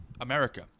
America